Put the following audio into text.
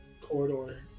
corridor